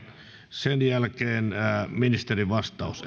sen jälkeen ministerin vastaus